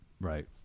Right